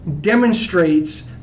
demonstrates